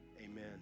amen